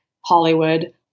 Hollywood